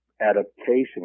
adaptation